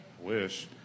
Wish